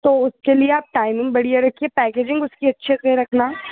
तो उसके लिए आप टाइमिंग बढ़िया रखिए पैकेजींग उसकी अच्छे से रखना